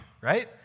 right